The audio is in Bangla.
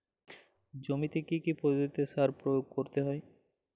জমিতে কী কী পদ্ধতিতে সার প্রয়োগ করতে হয়?